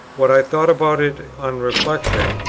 what i thought about it on reflection,